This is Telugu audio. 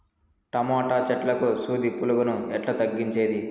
టమోటా చెట్లకు సూది పులుగులను ఎట్లా తగ్గించేది?